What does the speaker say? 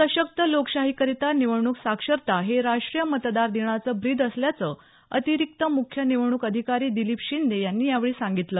सशक्त लोकशाहीकरिता निवडणूक साक्षरता हे राष्ट्रीय मतदार दिनाचं ब्रीद असल्याचं अतिरिक्त मुख्य निवडणूक अधिकारी दिलीप शिंदे यांनी यावेळी सांगितलं